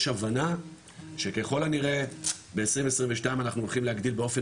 יש הבנה שככל הנראה ב־2022 אנחנו הולכים להגדיל באופן